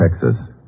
Texas